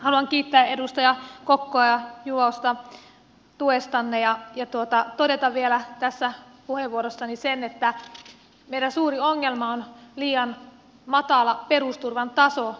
haluan kiittää edustaja kokkoa ja edustaja juvosta tuestanne ja todeta vielä tässä puheenvuorossani sen että meidän suuri ongelma on liian matala perusturvan taso